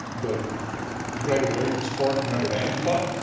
the greater williamsport and notre dame club,